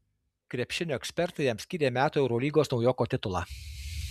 krepšinio ekspertai jam skyrė metų eurolygos naujoko titulą